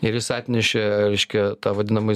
ir jis atnešė reiškia tą vadinamąjį